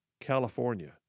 California